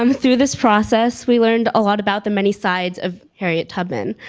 um through this process, we learned a lot about the many sides of harriet tubman.